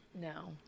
No